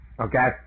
Okay